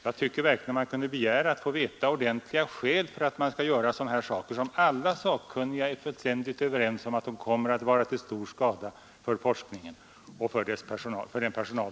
Jag tycker verkligen vi borde få veta skälen till att man tänker vidtaga åtgärder som alla sakkunniga är fullständigt överens om kommer att vara till stor skada för forskningen och dess personal.